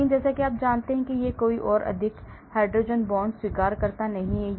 लेकिन जैसा कि आप जानते हैं कि यह कोई और अधिक हाइड्रोजन बांड स्वीकर्ता नहीं है